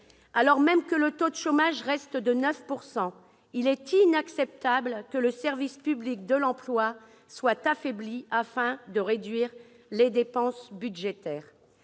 Alors même que le taux de chômage reste à 9 %, il est inacceptable que le service public de l'emploi soit affaibli afin de réduire les dépenses budgétaires